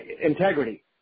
integrity